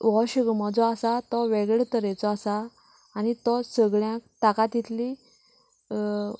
हो शिगमो जो आसा तो वेगळे तरेचो आसा आनी तो सगळ्यांक ताका तितली